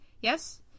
Yes